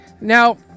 Now